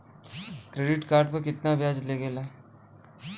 Credit card पर कितना ब्याज लगेला?